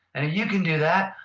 and you can do that,